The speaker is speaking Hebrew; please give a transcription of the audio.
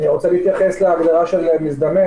אני רוצה להתייחס להגדרה של מזדמן